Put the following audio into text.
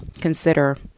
consider